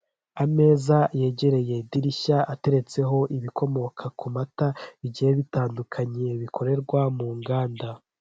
Ameza yegereye idirishya ateretseho ibikomoka k'amata bigihe bitandukanye bikorerwa mu nganda.